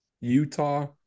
Utah